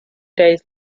days